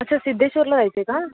अच्छा सिद्धेश्वरला जायचं आहे का